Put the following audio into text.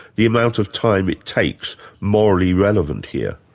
the amount of time it takes, morally relevant here?